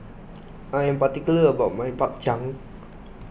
I am particular about my Bak Chang